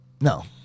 No